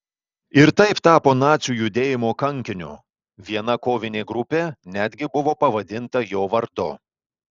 ir taip tapo nacių judėjimo kankiniu viena kovinė grupė netgi buvo pavadinta jo vardu